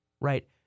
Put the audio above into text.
Right